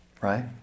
right